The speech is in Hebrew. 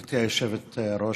גברתי היושבת-ראש,